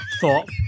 thought